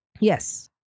yes